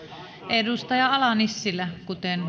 edustaja ala nissilä kuten